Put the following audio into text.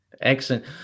excellent